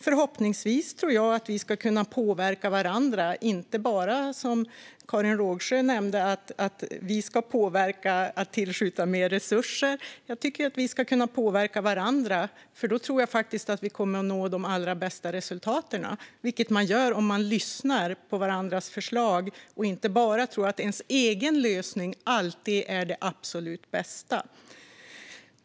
Förhoppningsvis ska vi kunna påverka varandra, och då inte bara som Karin Rågsjö sa, att vi ska påverka att man tillskjuter mer resurser. Jag tycker att vi ska påverka varandra, för då tror jag att vi kommer att nå de bästa resultaten. Det gör man om man lyssnar på varandras förslag och inte bara tror att ens egen lösning alltid är den absolut bästa.